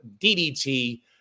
DDT